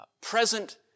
present